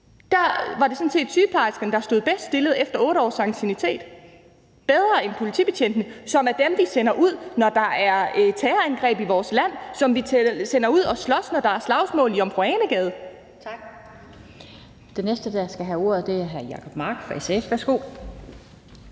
Der var det sådan set sygeplejerskerne, der var bedst stillet efter 8 års anciennitet – bedre end politibetjentene, som er dem, vi sender ud, når der er terrorangreb i vores land, og som vi sender ud at slås, når der er slagsmål i Jomfru Ane Gade. Kl. 16:16 Den fg. formand (Annette Lind): Tak. Den næste, der skal have ordet, er hr. Jacob Mark fra SF. Værsgo. Kl.